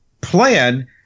plan